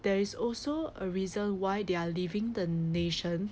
there is also a reason why they are leaving the nation